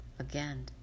Again